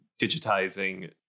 digitizing